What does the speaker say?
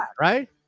right